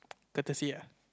courtesy ah